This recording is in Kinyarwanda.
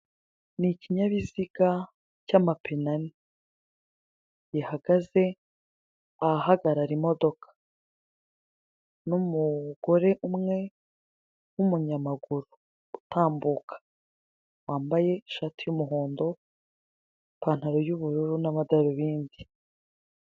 Ni ikinyabiziga cy'amapine ane bihagaze ahahagaragara imodoka n'umugore umwe w'umunyamaguru utambuka wambaye ishati y'umuhondo, ipantaro y'ubururu na madarubindi.